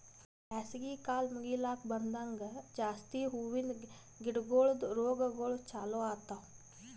ಬ್ಯಾಸಗಿ ಕಾಲ್ ಮುಗಿಲುಕ್ ಬಂದಂಗ್ ಜಾಸ್ತಿ ಹೂವಿಂದ ಗಿಡಗೊಳ್ದು ರೋಗಗೊಳ್ ಚಾಲೂ ಆತವ್